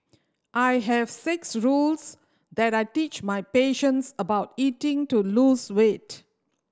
I have six rules that I teach my patients about eating to lose weight